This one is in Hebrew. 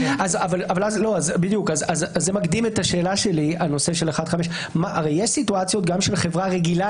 זה מקדים את השאלה שלי הנושא של 1(5). הרי יש סיטואציות גם של חברה רגילה,